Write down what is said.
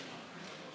רגע.